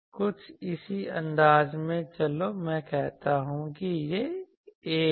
कुछ इसी अंदाज में चलो मैं कहता हूं कि यह A है